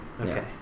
Okay